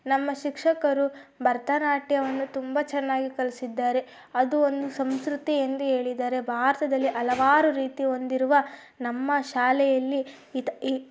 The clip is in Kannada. ನಮ್ಮ ಶಿಕ್ಷಕರು ಭರತನಾಟ್ಯವನ್ನು ತುಂಬ ಚೆನ್ನಾಗಿ ಕಲ್ಸಿದ್ದಾರೆ ಅದು ಒಂದು ಸಂಸ್ಕೃತಿ ಎಂದು ಹೇಳಿದರೆ ಭಾರತದಲ್ಲಿ ಹಲವಾರು ರೀತಿ ಹೊಂದಿರುವ ನಮ್ಮ ಶಾಲೆಯಲ್ಲಿ